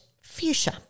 fuchsia